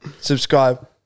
subscribe